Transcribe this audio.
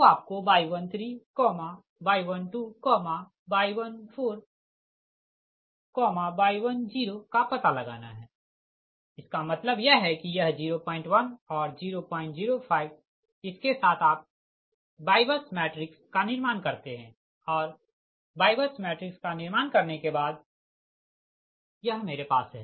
तो आपको Y13Y12 Y14Y10का पता लगाना है इसका मतलब यह है कि यह 01 और 005 इसके साथ आप YBUS मैट्रिक्स का निर्माण करते है और YBUS मैट्रिक्स का निर्माण करने के बाद यह मेरे पास है